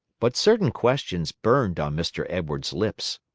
but certain questions burned on mr. edwards's lips.